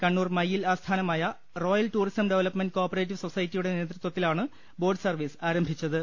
കണ്ണൂർ മയ്യിൽ ആസ്ഥാനമായ royal tourism development co operative സൊസൈറ്റിയുടെ നേതൃത്വത്തിലാണ് ബോട്ട് സർവ്വീസ് ആരംഭിച്ചത്